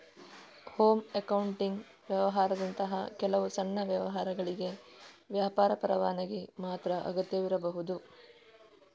home accounting ವ್ಯವಹಾರದಂತಹ ಕೆಲವು ಸಣ್ಣ ವ್ಯವಹಾರಗಳಿಗೆ ವ್ಯಾಪಾರ ಪರವಾನಗಿ ಮಾತ್ರ ಅಗತ್ಯವಿರಬಹುದು